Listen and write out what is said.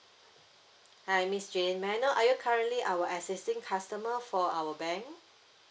hi miss jane may I know are you currently our existing customer for our bank